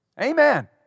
Amen